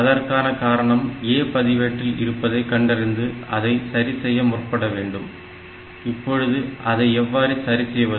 அதற்கான காரணம் A பதிவேட்டில் இருப்பதை கண்டறிந்து அதை சரி செய்ய முற்படவேண்டும் இப்பொழுது அதை எவ்வாறு சரி செய்வது